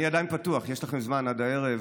אני עדיין פתוח, יש לכם זמן עד הערב.